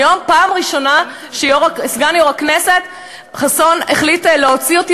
היום פעם ראשונה שסגן יו"ר הכנסת חסון החליט להוציא אותי,